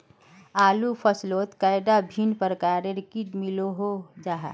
आलूर फसलोत कैडा भिन्न प्रकारेर किट मिलोहो जाहा?